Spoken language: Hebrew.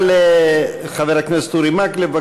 לחבר הכנסת אורי מקלב.